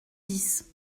dix